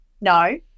No